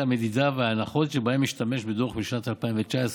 המדידה וההנחות שבהן השתמש בדוח לשנת 2019,